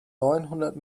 neunhundert